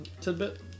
tidbit